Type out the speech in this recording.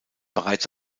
bereits